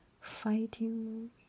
fighting